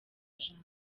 jambo